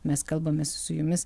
mes kalbamės su jumis